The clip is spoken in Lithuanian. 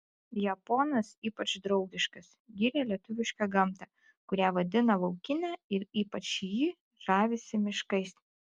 japonas ypač draugiškas giria lietuvišką gamtą kurią vadina laukine ir ypač jį žavisi miškais